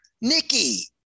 Nicky